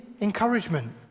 encouragement